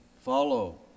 follow